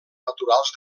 naturals